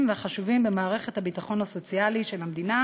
והחשובים במערכת הביטחון הסוציאלי של המדינה,